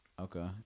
Okay